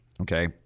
okay